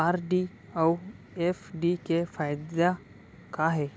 RD अऊ FD के फायेदा का हे?